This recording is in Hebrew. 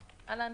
אהלן,